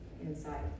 inside